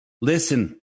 listen